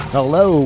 Hello